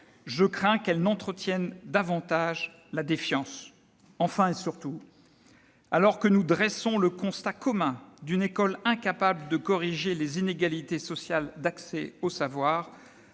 Je crains qu'elle n'entretienne davantage la défiance. Enfin, et surtout, alors que nous dressons le constat commun d'une école incapable de corriger les inégalités sociales d'accès au savoir,